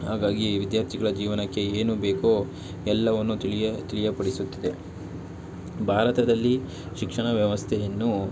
ಹಾಗಾಗಿ ವಿದ್ಯಾರ್ಥಿಗಳ ಜೀವನಕ್ಕೆ ಏನು ಬೇಕೋ ಎಲ್ಲವನ್ನು ತಿಳಿಯ ತಿಳಿಯಪಡಿಸುತ್ತದೆ ಭಾರತದಲ್ಲಿ ಶಿಕ್ಷಣ ವ್ಯವಸ್ಥೆಯನ್ನು